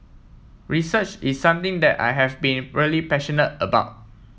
research is something that I have been really passionate about